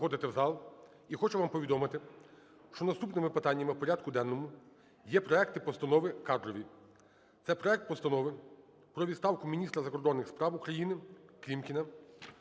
всіх заходити в зал і хочу вам повідомити, що наступними питаннями в порядку денному є проекти постанов кадрові. Це проект Постанови про відставку міністра закордонних справ УкраїниКлімкіна,